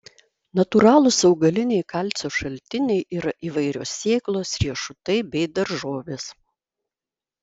natūralūs augaliniai kalcio šaltiniai yra įvairios sėklos riešutai bei daržovės